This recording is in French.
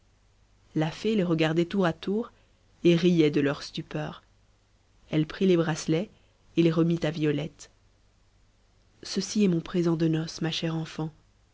la fée les regardait tour à tour et riait de leur stupeur elle prit les bracelets et les remit à violette ceci est mon présent de noces ma chère enfant